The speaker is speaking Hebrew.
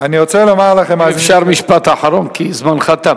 אם אפשר משפט אחרון, כי זמנך תם.